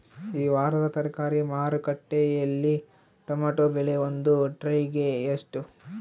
ಈ ವಾರದ ತರಕಾರಿ ಮಾರುಕಟ್ಟೆಯಲ್ಲಿ ಟೊಮೆಟೊ ಬೆಲೆ ಒಂದು ಟ್ರೈ ಗೆ ಎಷ್ಟು?